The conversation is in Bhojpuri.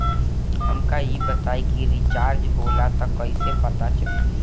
हमका ई बताई कि रिचार्ज होला त कईसे पता चली?